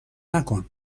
نکن